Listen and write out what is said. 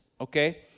okay